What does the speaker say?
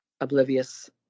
Oblivious